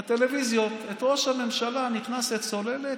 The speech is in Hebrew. הראו בטלוויזיות את ראש הממשלה נכנס לצוללת,